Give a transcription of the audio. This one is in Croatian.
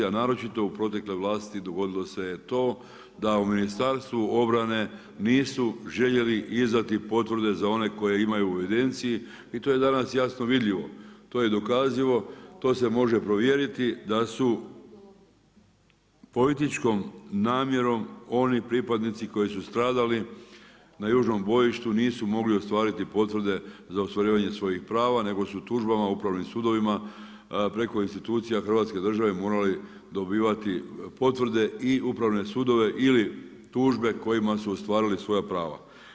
A naročito u protekloj vlasti dogodilo se je to da u Ministarstvu obrane nisu željeli izdati potvrde za one koje imaju u evidenciji i to je danas jasno vidljivo, to je dokazivo, to se može provjeriti da su političkom namjerom oni pripadnici koji su stradali na južnom bojištu nisu mogli ostvariti potvrde za ostvarivanje svojih prava nego su tužbama upravnim sudovima preko institucija Hrvatske države morali dobivati potvrde i upravne sudove ili tužbe kojima su ostvarili svoja prava.